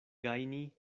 gajni